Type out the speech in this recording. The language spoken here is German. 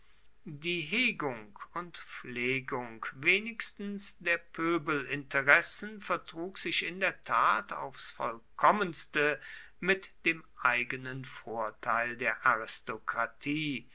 die hegung und pflegung wenigstens der pöbelinteressen vertrug sich in der tat aufs vollkommenste mit dem eigenen vorteil der